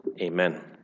Amen